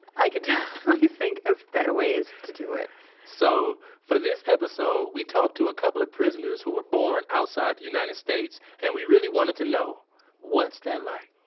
i could definitely yeah think of better ways to do it so for this episode we talked to a couple of prisoners who were born outside the united states and we really wanted to know what's that like?